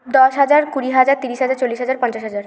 দশ হাজার কুড়ি হাজার তিরিশ হাজার চল্লিশ হাজার পঞ্চাশ হাজার